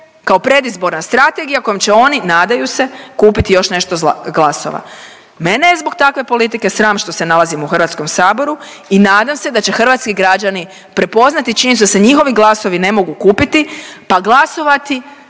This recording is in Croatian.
kao predizborna strategija kojom će oni nadaju se kupiti još nešto glasova. Mene je zbog takve politike sram što se nalazim u Hrvatskom saboru i nadam se da će hrvatski građani prepoznati činjenicu da se njihovi glasovi ne mogu kupiti, pa glasovati